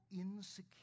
insecure